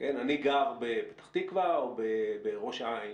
אני גר בפתח תקווה או בראש העין